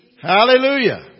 Hallelujah